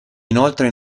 inoltre